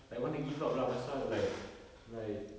like want to give up lah pasal like like